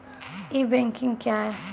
ई banking क्या हैं?